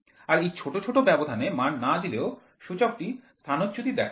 আর এই ছোট ছোট ব্যবধানে মান না দিলেও সূচকটি স্থানচ্যুতি দেখাবে